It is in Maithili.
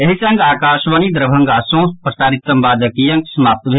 एहि संग आकाशवाणी दरभंगा सँ प्रसारित संवादक ई अंक समाप्त भेल